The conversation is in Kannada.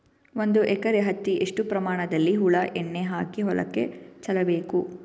ಒಂದು ಎಕರೆ ಹತ್ತಿ ಎಷ್ಟು ಪ್ರಮಾಣದಲ್ಲಿ ಹುಳ ಎಣ್ಣೆ ಹಾಕಿ ಹೊಲಕ್ಕೆ ಚಲಬೇಕು?